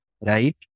right